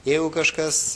jeigu kažkas